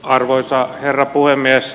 arvoisa herra puhemies